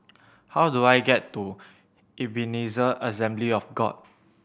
how do I get to Ebenezer Assembly of God